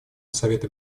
совета